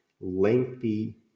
lengthy